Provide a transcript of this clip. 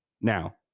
Now